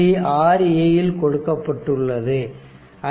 6a இல் கொடுக்கப்பட்டுள்ளது 5